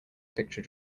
picture